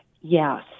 Yes